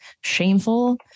shameful